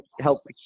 help